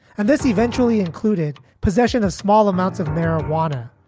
and this eventually included possession of small amounts of marijuana,